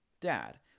dad